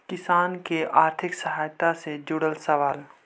किसान के आर्थिक सहायता से जुड़ल सवाल?